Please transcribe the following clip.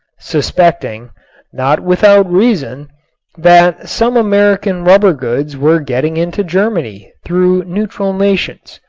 suspecting not without reason that some american rubber goods were getting into germany through neutral nations,